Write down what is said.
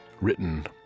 written